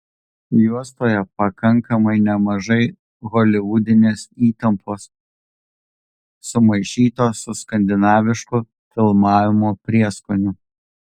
juostoje pakankamai nemažai holivudinės įtampos sumaišytos su skandinavišku filmavimo prieskoniu